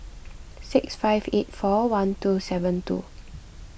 six five eight four one two seven two